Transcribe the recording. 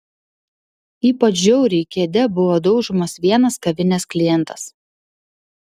ypač žiauriai kėde buvo daužomas vienas kavinės klientas